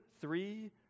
three